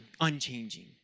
unchanging